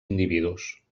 individus